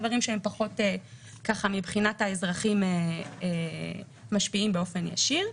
דברים שמבחינת האזרחים פחות משפיעים באופן ישיר.